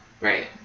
Right